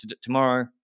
tomorrow